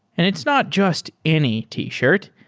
and it's not just any t-shirt.